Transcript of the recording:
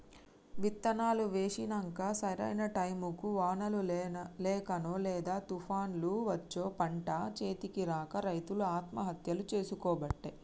విత్తనాలు వేశినంక సరైన టైముకు వానలు లేకనో లేదా తుపాన్లు వచ్చో పంట చేతికి రాక రైతులు ఆత్మహత్యలు చేసికోబట్టే